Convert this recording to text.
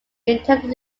intended